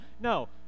no